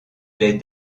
les